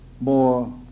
more